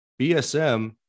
BSM